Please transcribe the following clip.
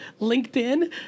LinkedIn